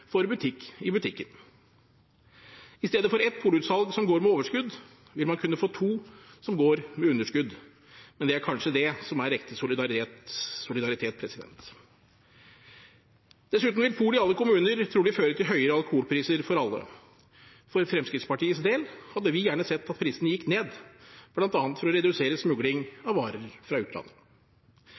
for butikk i butikken. I stedet for ett polutsalg som går med overskudd, vil man kunne få to som går med underskudd. Men det er kanskje det som er ekte solidaritet. Dessuten vil pol i alle kommuner trolig føre til høyere alkoholpriser for alle. For Fremskrittspartiets del hadde vi gjerne sett at prisene gikk ned, bl.a. for å redusere smugling av varer fra utlandet.